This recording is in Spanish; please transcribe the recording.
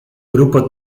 grupo